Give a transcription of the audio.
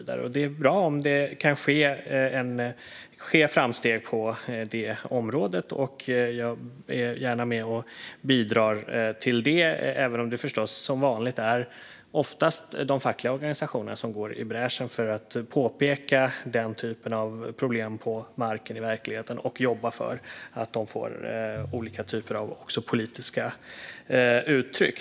Det är bra om det kan ske framsteg på det området, och jag är gärna med och bidrar till detta även om det förstås oftast är de fackliga organisationerna som går i bräschen när det gäller att påpeka den typen av problem i verkligheten och jobba för att de får olika typer av politiska uttryck.